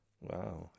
wow